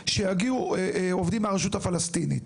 שיגיעו עובדים מהרשות הפלסטינים.